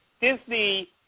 Disney